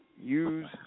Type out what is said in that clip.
use